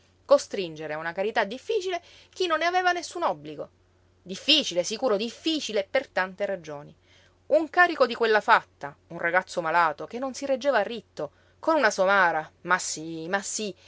costringere a una carità difficile chi non ne aveva nessun obbligo difficile sicuro difficile per tante ragioni un carico di quella fatta un ragazzo malato che non si reggeva ritto con una somara ma sí ma sí